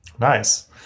Nice